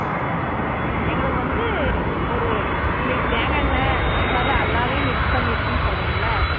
ம் எங்களுக்கு வந்து ஒரு இன்னக்கு தேங்காய் எண்ணெ அந்த மாதிரிலாம் எல்லாமே மிக்ஸ் பண்ணிருக்குன்னு சொல்லுறீங்கல்ல